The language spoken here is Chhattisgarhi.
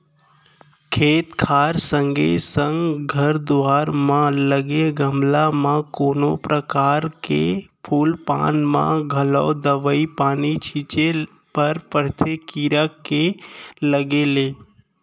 खेत खार संगे संग घर दुवार म लगे गमला म कोनो परकार के फूल पान म घलौ दवई पानी छींचे बर परथे कीरा के लगे ले